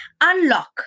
Unlock